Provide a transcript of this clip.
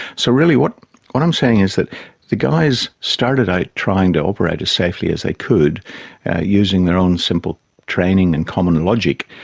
so really what what i'm saying is that the guys started out trying to operate as safely as they could using their own simple training and common and logic,